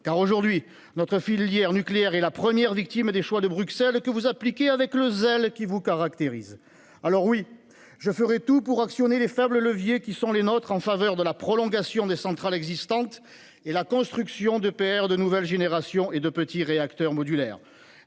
Aujourd'hui, notre filière nucléaire est la première victime des choix de Bruxelles, que vous appliquez avec le zèle qui vous caractérise. Dès lors, oui, je ferai tout pour actionner les faibles leviers qui sont les nôtres en faveur de la prolongation des centrales existantes et la construction d'EPR de nouvelle génération et de petits réacteurs modulaires.